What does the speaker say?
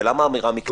ולמה אמירה מקצועית?